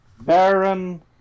Baron